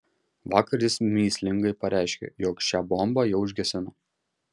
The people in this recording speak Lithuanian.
vakar jis mįslingai pareiškė jog šią bombą jau užgesino